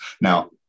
Now